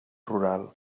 rural